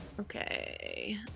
Okay